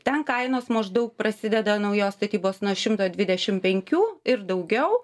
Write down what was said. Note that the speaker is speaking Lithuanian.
ten kainos maždaug prasideda naujos statybos nuo šimto dvidešim penkių ir daugiau